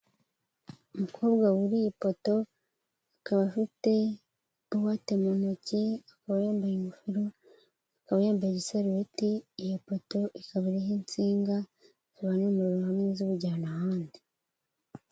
Umukobwa wuriye ipoto akaba afite buwate mu ntoki akaba yambaye ingofero, akaba yambaye isarubeti iyo poto ikaba iriho insinga zivana umuriro hamwe ziwujyana ahandi.